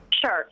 Sure